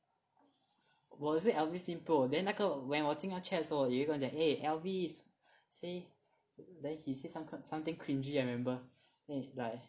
我的是 Elvis team pro then 那个 when 我进那个 chat 的时候有一个人讲 eh Elvis say then he say some something cringy I remember then like